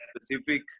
specific